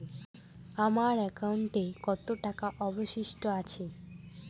আমার একাউন্টে কত টাকা অবশিষ্ট আছে?